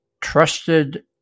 Trusted